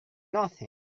nothing